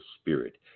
spirit